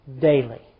daily